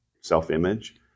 self-image